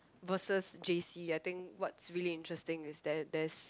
versus J_C I think what's really interesting is that there's